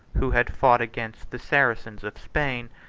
who had fought against the saracens of spain,